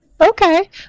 okay